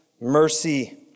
mercy